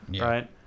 Right